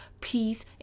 peace